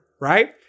right